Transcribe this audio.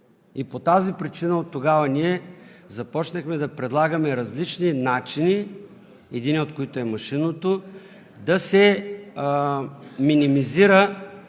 И по тази причина оттогава ние започнахме да предлагаме различни начини, единият от които е машинното, да се минимизира